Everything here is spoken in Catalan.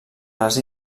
les